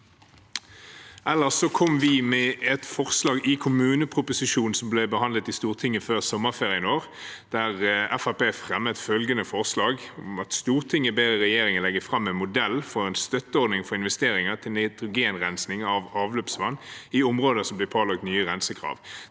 følgende forslag i kommuneproposisjonen som ble behandlet i Stortinget før sommerferien i år: «Stortinget ber regjeringen legge frem en modell for en støtteordning for investeringer i nitrogenrensing av avløpsvann i områder som blir pålagt nye rensekrav.»